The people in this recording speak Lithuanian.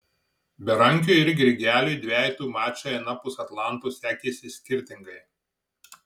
berankiui ir grigeliui dvejetų mačai anapus atlanto sekėsi skirtingai